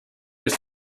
ist